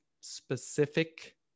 specific